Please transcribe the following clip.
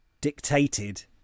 dictated